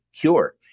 cure